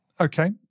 Okay